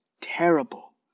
terrible